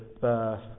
birth